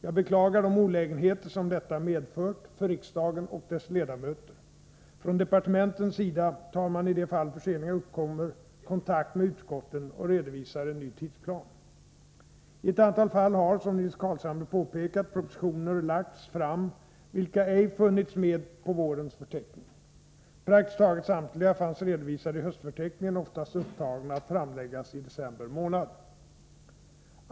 Jag beklagar de olägenheter som detta medfört för riksdagen och dess ledamöter. Från departementens sida tar man i de fall där förseningar uppkommer kontakt med utskotten och redovisar en ny tidsplan. I ett antal fall har, som Nils Carlshamre påpekat, propositioner lagts fram vilka ej funnits med på vårens förteckning. Praktiskt taget samtliga fanns redovisade i höstförteckningen, oftast upptagna att framläggas i december.